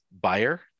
buyer